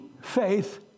faith